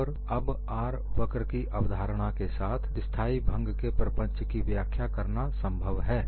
और अब R वक्र की अवधारणा के साथ स्थाई भंग के प्रपंच की व्याख्या करना संभव है